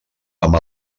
amb